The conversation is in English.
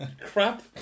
crap